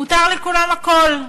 מותר לכולם הכול.